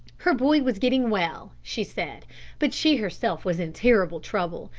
her boy was getting well, she said, but she herself was in terrible trouble.